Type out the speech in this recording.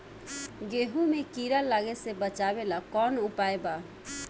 गेहूँ मे कीड़ा लागे से बचावेला कौन उपाय बा?